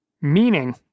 meaning